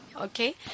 Okay